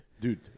Dude